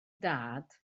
dad